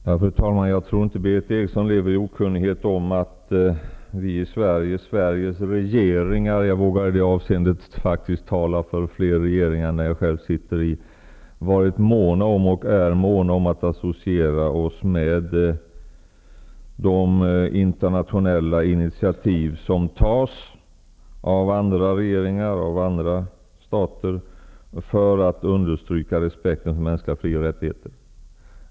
Fru talman! Jag tror inte att Berith Eriksson lever i okunnighet om att Sveriges regeringar -- jag vågar i det avseendet tala för fler regeringar än den jag själv sitter i -- har varit och är måna om att associera oss med de internationella initiativ som tas, av andra regeringar och stater, för att understryka respekten för mänskliga fri och rättigheter.